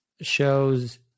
shows